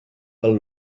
pel